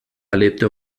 erlebte